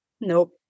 Nope